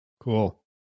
Cool